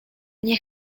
nie